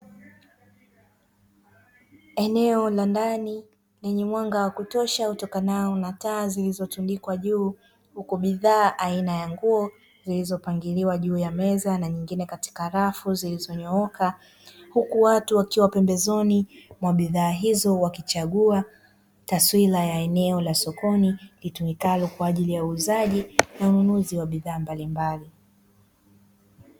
Eneo la ndani lenye mwanga wa kutosha kutokana na taa zilizotundikwa juu. Huko bidhaa aina ya nguo zilizopangiliwa juu ya meza na nyingine katika rafu zilizonyooka. Huku watu wakiwa pembezoni mwa bidhaa hizo wakichagua taswira ya eneo la sokoni litumikayo kwa ajili ya uuzaji na ununuzi wa bidhaa mbalimbali.